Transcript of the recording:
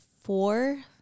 four